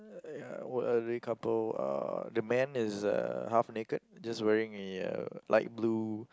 uh couple uh the man is uh half naked just wearing a uh light blue